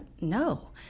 no